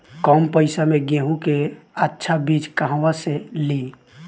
कम पैसा में गेहूं के अच्छा बिज कहवा से ली?